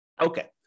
Okay